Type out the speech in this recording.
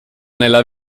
nella